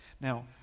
Now